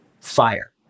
fire